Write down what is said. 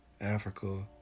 Africa